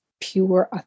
pure